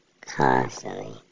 Constantly